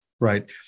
right